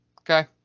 okay